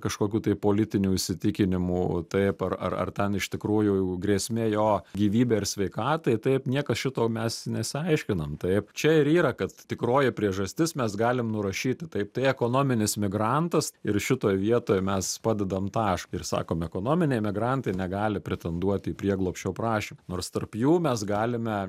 kažkokių tai politinių įsitikinimų taip ar ar ar ten iš tikrųjų grėsmė jo gyvybei ar sveikatai taip niekas šito mes nesiaiškinam taip čia ir yra kad tikroji priežastis mes galim nurašyti taip tai ekonominis migrantas ir šitoj vietoj mes padedam tašką ir sakom ekonominiai migrantai negali pretenduot į prieglobsčio prašymą nors tarp jų mes galime